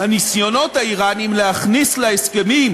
הניסיונות האיראניים להכניס להסכמים